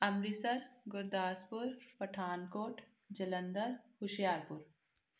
Amritsar Gurdaspur Pathankot Jalandhar Hoshiarpur